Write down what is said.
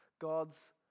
God's